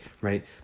right